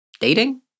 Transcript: dating